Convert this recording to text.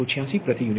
386 પ્રતિ યુનિટ